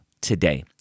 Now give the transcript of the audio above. today